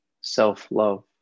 self-love